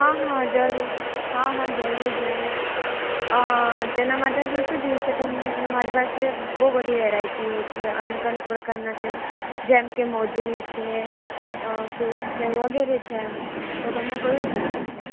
હા હા જરૂર હા હા જરૂર જરૂર અં તેના માટે શુ શુ જોઈશે તમને એટલે મારી પાસે બહુ બધી વેરાયટીઓ છે અને અનેક પ્રકારના છે જેમ કે મોજડી છે અ શૂજ છે વગેરે છે એમ તો તમને કયું જોઈતું છે